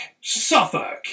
Suffolk